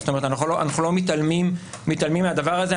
אנחנו לא מתעלמים מהדבר הזה,